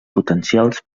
potencials